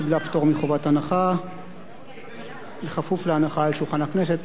היא קיבלה פטור מחובת הנחה בכפוף להנחה על שולחן הכנסת.